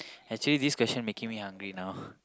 actually this question making me hungry now